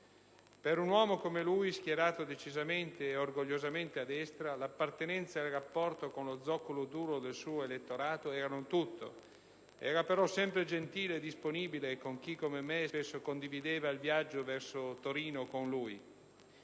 Per un uomo come lui, schierato decisamente e orgogliosamente a destra, l'appartenenza e il rapporto con lo zoccolo duro del suo elettorato erano tutto. Era gentile e disponibile con chi, come me, spesso condivideva con lui il viaggio verso Torino. In una